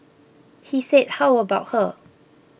he said how about her